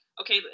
okay